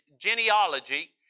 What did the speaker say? genealogy